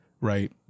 right